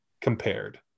compared